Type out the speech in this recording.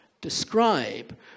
describe